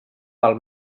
del